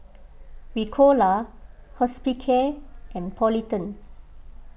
Ricola Hospicare and Polident